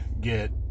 get